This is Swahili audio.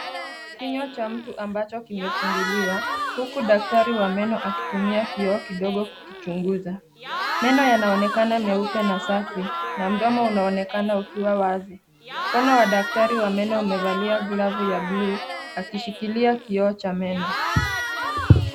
Kinywa cha mtu ambacho kimefunguliwa huku daktari wa meno akitumia kioo kidogo kukichunguza. Meno yanaonekana meupe na safi na mdomo unaonekana ukiwa wazi. Mkono wa daktari wa meno umevalia glavu ya buluu akishikilia kioo cha meno.